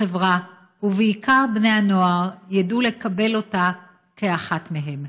החברה ובעיקר בני הנוער ידעו לקבל אותה כאחת מהם.